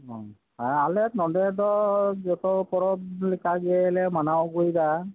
ᱟᱞᱮ ᱱᱚᱰᱮ ᱫᱚ ᱡᱚᱛᱚ ᱯᱚᱨᱚᱵᱽ ᱞᱮᱠᱟ ᱜᱮᱞᱮ ᱢᱟᱱᱟᱣ ᱟᱜᱩᱭᱮᱫᱟ